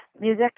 music